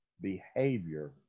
behavior